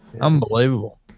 unbelievable